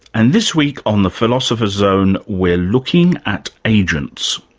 and this week on the philosopher's zone we're looking at agents.